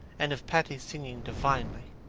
and of patti singing divinely,